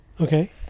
okay